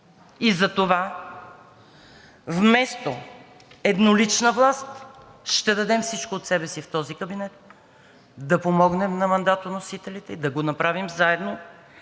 Затова вместо еднолична власт ще дадем всичко от себе си в този кабинет да помогнем на мандатоносителите и да го направим заедно,